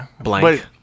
blank